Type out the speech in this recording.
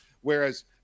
Whereas